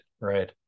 right